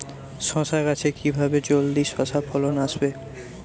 শশা গাছে কিভাবে জলদি শশা ফলন আসবে?